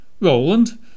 Roland